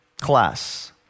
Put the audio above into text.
class